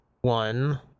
one